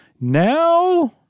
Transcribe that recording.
Now